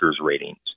ratings